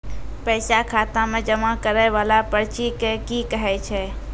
पैसा खाता मे जमा करैय वाला पर्ची के की कहेय छै?